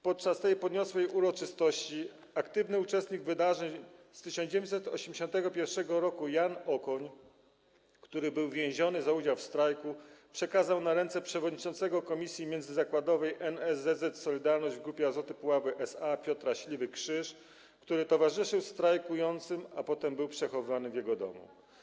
Podczas tej podniosłej uroczystości aktywny uczestnik wydarzeń z 1981 r. Jan Okoń, który był więziony za udział w strajku, przekazał na ręce przewodniczącego Komisji Międzyzakładowej NSZZ „Solidarność” w Grupie Azoty Puławy SA Piotra Śliwy krzyż, który towarzyszył strajkującym, a potem był przechowywany w jego domu.